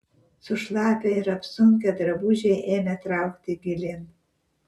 sušlapę ir apsunkę drabužiai ėmė traukti gilyn